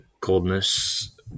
coldness